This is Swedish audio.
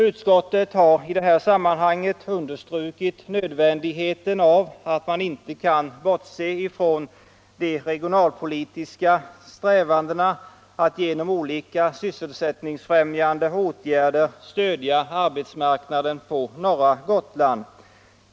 Utskottet har i sammanhanget understrukit att man inte kan bortse ifrån de regionalpolitiska strävandena att genom olika sysselsättningsfrämjan 11 de åtgärder stödja arbetsmarknaden på norra Gotland.